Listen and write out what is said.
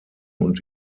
und